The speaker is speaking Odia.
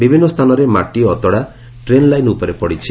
ବିଭିନ୍ନ ସ୍ଥାନରେ ମାଟି ଅତଡ଼ା ଟ୍ରେନ୍ ଲାଇନ୍ ଉପରେ ପଡ଼ିଛି